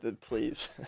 please